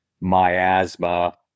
miasma